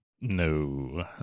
No